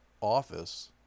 office